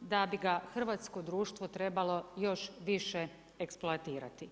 da bi hrvatsko društvo trebalo još više eksploatirati.